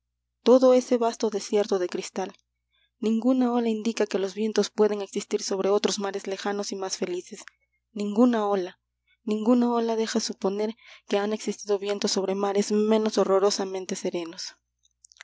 todo ese vasto desierto de cristal ninguna ola indica que los vientos puedan existir sobre otros mares lejanos y más felices ninguna ola ninguna ola deja suponer que han existido vientos sobre mares menos horrorosamente serenos